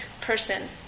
person